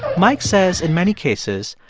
mike says, in many cases,